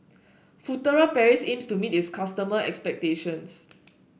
Furtere Paris aims to meet its customers' expectations